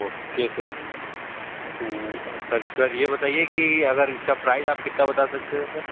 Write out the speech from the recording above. okay sir अच्छा sir ये बताइए कि अगर इसका प्राइज आप कितना बता सकते हैं सर